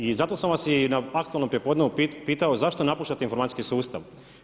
I zato sam vas i na aktualnom prijepodnevu priupitao, zašto napuštate informacijski sustav?